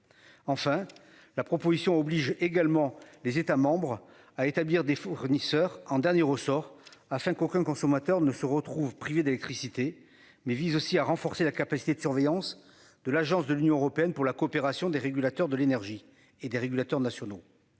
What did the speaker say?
Enfin la proposition oblige également les États membres à établir des fournisseurs en dernier ressort afin qu'aucun consommateur ne se retrouvent privés d'électricité mais vise aussi à renforcer la capacité de surveillance de l'agence de l'Union européenne pour la coopération des régulateurs de l'énergie et des régulateurs nationaux.